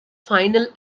final